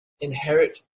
inherit